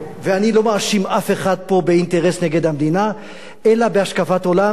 ואני לא מאשים אף אחד פה באינטרס נגד המדינה אלא בהשקפת עולם,